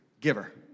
giver